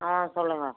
ஆ சொல்லுங்கள்